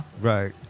Right